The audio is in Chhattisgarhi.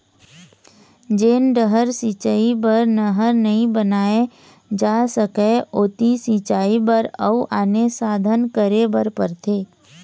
जेन डहर सिंचई बर नहर नइ बनाए जा सकय ओती सिंचई बर अउ आने साधन करे बर परथे